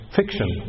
fiction